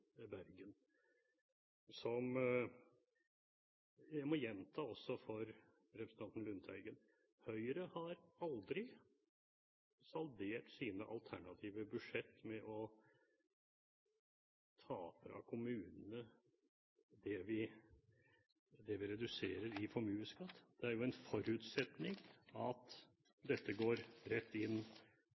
og jeg må gjenta det også for representanten Lundteigen: Høyre har aldri saldert sine alternative budsjetter med å ta fra kommunene det vi reduserer i formuesskatt. Det er jo en forutsetning at dette går rett inn